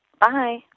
Bye